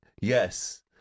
Yes